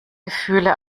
gefühle